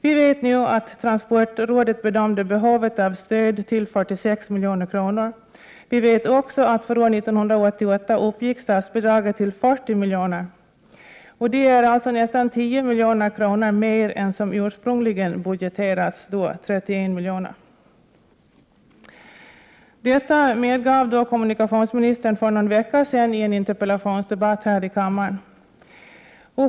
Vi vet nu att transportrådet bedömt behovet av stöd till 46 milj.kr. Vi vet också att statsbidraget för år 1988 uppgick till 40 milj.kr. Det är alltså nästan 10 milj.kr. mer än som ursprungligen budgeterats — 31 milj.kr. Detta medgav kommunikationsministern för någon vecka sedan i en interpellationsdebatt här i kammaren.